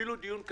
אם נקיים דיון,